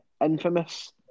infamous